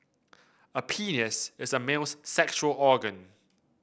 a penis is a male's sexual organ